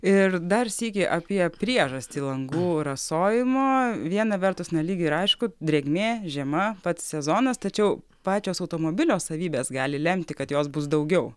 ir dar sykį apie priežastį langų rasojimo viena vertus na lyg ir aišku drėgmė žiema pats sezonas tačiau pačios automobilio savybės gali lemti kad jos bus daugiau